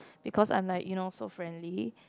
because I'm like you know so friendly